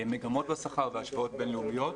מגמות בשכר והשוואות בינלאומיות,